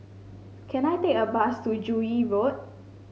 can I take a bus to Joo Yee Road